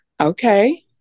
okay